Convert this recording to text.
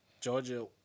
Georgia